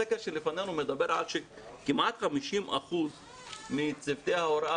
הסקר שלפנינו מדבר על כמעט 50% מצוותי ההוראה,